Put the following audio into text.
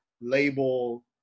label